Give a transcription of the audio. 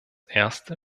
erste